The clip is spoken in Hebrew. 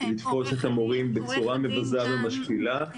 לתפוס את המורים בצורה מבזה ומשפילה.